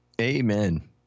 Amen